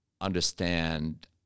understand